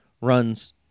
runs